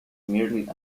merely